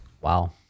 Wow